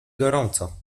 gorąco